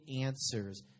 answers